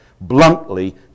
Bluntly